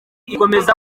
ikomeza